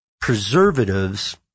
preservatives